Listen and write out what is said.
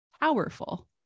powerful